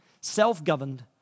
self-governed